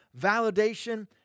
Validation